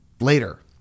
later